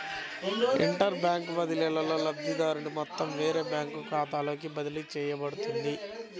inter bank బదిలీలో, లబ్ధిదారుని మొత్తం వేరే బ్యాంకు ఖాతాలోకి బదిలీ చేయబడుతుంది